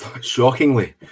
Shockingly